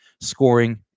scoring